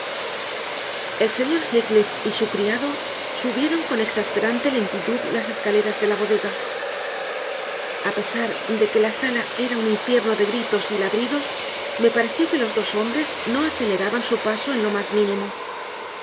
el señor heathcliff y su criado subieron con exasperante lentitud las escaleras de la bodega a pesar de que la sala era un infierno de gritos y ladridos me pareció que los dos hombres no aceleraban su paso en lo más mínimo